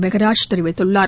மெகராஜ் தெரிவித்துள்ளார்